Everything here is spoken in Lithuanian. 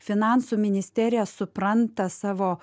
finansų ministerija supranta savo